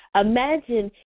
Imagine